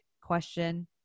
question